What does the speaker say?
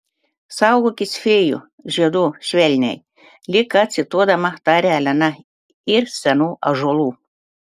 saugokis fėjų žiedų švelniai lyg ką cituodama tarė elena ir senų ąžuolų